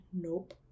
nope